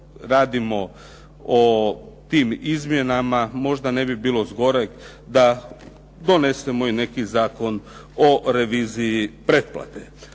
radimo o tim izmjenama možda ne bi bilo zgoreg da donesemo neki zakon o reviziji pretplate.